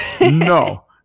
No